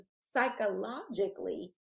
psychologically